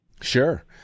Sure